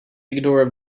ignore